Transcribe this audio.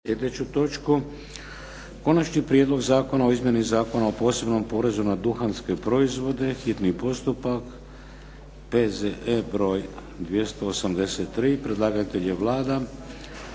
Konačni prijedlog zakona o izmjeni Zakona o posebnom porezu na duhanske proizvode, hitni postupak, prvo i drugo čitanje, P.Z.E.